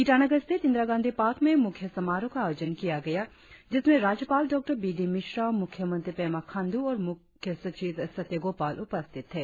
ईटानगर स्थित इंदिरा गांधी पार्क में मुख्य समारोह का आयोजन किया गया जिसमें राज्यपाल डॉ बी डी मिश्रा मुख्यमंत्री पेमा खांडू और मुख्य सचिव सत्य गोपाल उपस्थित थे